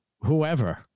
whoever